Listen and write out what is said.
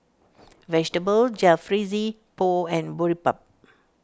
Vegetable Jalfrezi Pho and Boribap